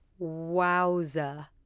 Wowza